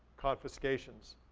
confiscations,